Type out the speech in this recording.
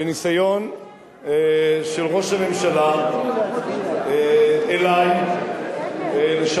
בניסיון של ראש הממשלה אלי לא ידענו את זה.